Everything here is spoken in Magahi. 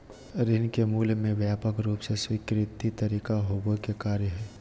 ऋण के मूल्य ले व्यापक रूप से स्वीकृत तरीका होबो के कार्य हइ